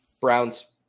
Browns